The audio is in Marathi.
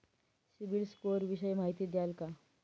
सिबिल स्कोर विषयी माहिती द्याल का?